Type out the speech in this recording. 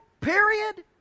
period